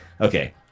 Okay